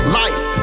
life